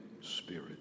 spirit